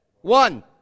One